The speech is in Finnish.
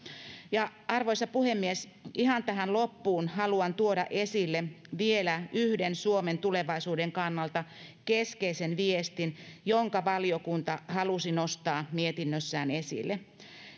arvoisa puhemies ihan tähän loppuun haluan tuoda esille vielä yhden suomen tulevaisuuden kannalta keskeisen viestin jonka valiokunta halusi nostaa mietinnössään esille